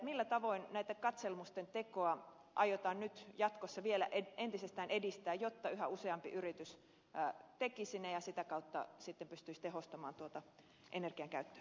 millä tavoin näiden katselmusten tekoa aiotaan jatkossa vielä entisestään edistää jotta yhä useampi yritys tekisi ne ja sitä kautta pystyisi tehostamaan energian käyttöänsä